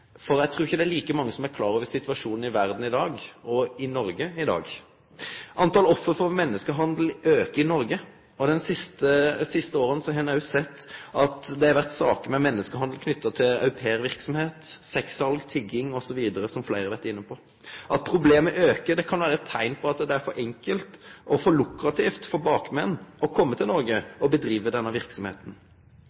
For eg trur ikkje det er like mange som er klar over situasjonen i verda i dag, og i Noreg i dag. Talet på offer for menneskehandel aukar i Noreg. Dei siste åra har me sett at det har vore saker der menneskehandel blir knytt til au pair-verksemd, sex-sal, tigging osv., som fleire har vore inne på. At problemet aukar, kan vere eit teikn på at det er for enkelt og for lukrativt for bakmenn å kome til Noreg